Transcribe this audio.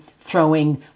throwing